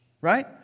right